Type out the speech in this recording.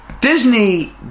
Disney